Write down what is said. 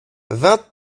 vingt